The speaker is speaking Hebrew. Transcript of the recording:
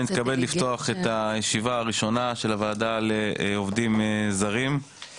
אני מתכבד לפתוח את הישיבה הראשונה של הוועדה לעובדים זרים,